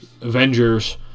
Avengers